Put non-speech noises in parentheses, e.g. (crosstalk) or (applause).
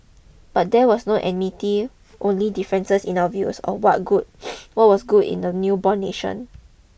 but there was no enmity only differences in our views of what good (noise) what was good in the newborn nation